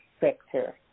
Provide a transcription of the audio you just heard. sector